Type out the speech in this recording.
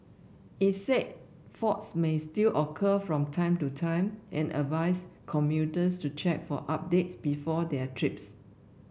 it said faults may still occur from time to time and advised commuters to check for updates before their trips